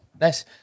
Nice